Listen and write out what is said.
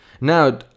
now